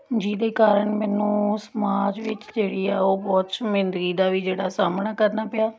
ਜਿਹਦੇ ਕਾਰਨ ਮੈਨੂੰ ਸਮਾਜ ਵਿੱਚ ਜਿਹੜੀ ਆ ਉਹ ਬਹੁਤ ਸ਼ਰਮਿੰਦਗੀ ਦਾ ਵੀ ਜਿਹੜਾ ਸਾਹਮਣਾ ਕਰਨਾ ਪਿਆ